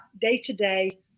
day-to-day